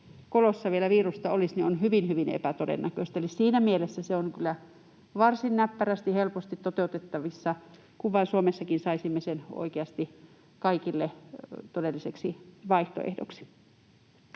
kolossa vielä virusta olisi, on hyvin, hyvin epätodennäköistä. Siinä mielessä se on kyllä varsin näppärästi ja helposti toteutettavissa, kun vain Suomessakin saisimme sen oikeasti kaikille todelliseksi vaihtoehdoksi.